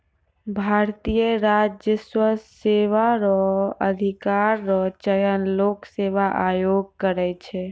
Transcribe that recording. भारतीय राजस्व सेवा रो अधिकारी रो चयन लोक सेवा आयोग करै छै